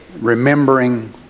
Remembering